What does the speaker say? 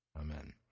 Amen